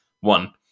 one